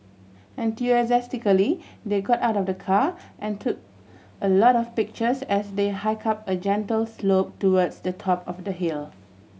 enthusiastically they got out of the car and took a lot of pictures as they hike up a gentle slope towards the top of the hill